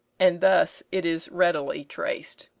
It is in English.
and thus it is readily traced.